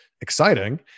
exciting